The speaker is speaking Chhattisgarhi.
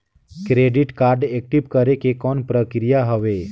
क्रेडिट कारड एक्टिव करे के कौन प्रक्रिया हवे?